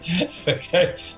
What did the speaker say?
okay